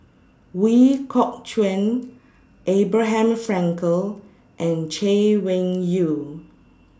Ooi Kok Chuen Abraham Frankel and Chay Weng Yew